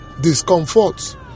discomforts